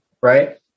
right